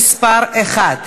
סופה לנדבר,